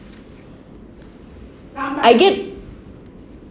I get